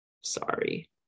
sorry